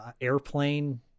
airplane